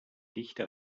dichte